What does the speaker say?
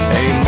Hey